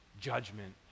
judgment